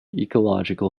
ecological